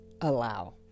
allow